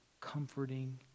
comforting